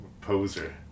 poser